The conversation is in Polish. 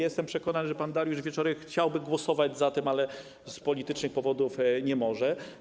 Jestem przekonany, że pan Dariusz Wieczorek chciałby głosować za tym projektem, ale z politycznych powodów nie może.